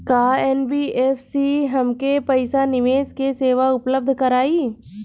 का एन.बी.एफ.सी हमके पईसा निवेश के सेवा उपलब्ध कराई?